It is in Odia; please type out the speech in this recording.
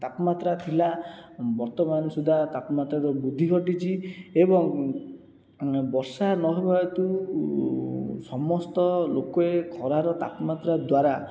ତାପମାତ୍ରା ଥିଲା ବର୍ତ୍ତମାନ ସୁଧା ତାପମାତ୍ରାର ବୃଦ୍ଧି ଘଟିଛି ଏବଂ ବର୍ଷା ନହେବା ହେତୁ ସମସ୍ତ ଲୋକେ ଖରାର ତାପମାତ୍ରା ଦ୍ଵାରା